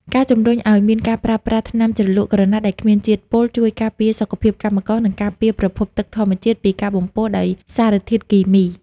ការជំរុញឱ្យមានការប្រើប្រាស់ថ្នាំជ្រលក់ក្រណាត់ដែលគ្មានជាតិពុល ជួយការពារសុខភាពកម្មករ និងការពារប្រភពទឹកធម្មជាតិពីការបំពុលដោយសារធាតុគីមី។